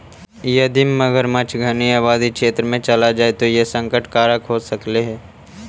यदि मगरमच्छ घनी आबादी क्षेत्र में चला जाए तो यह संकट कारक हो सकलई हे